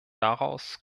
daraus